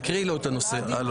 תקריאי לו את הנושא.